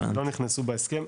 לא נכנסו בהסכם,